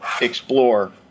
explore